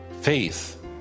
faith